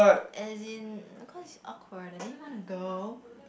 as in cause it awkward I didn't want to go